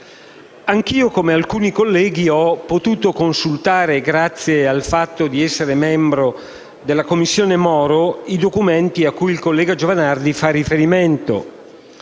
anche io, come alcuni colleghi, ho potuto consultare, grazie al fatto di essere membro della "Commissione Moro", i documenti cui il collega Giovanardi fa riferimento.